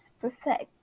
perfect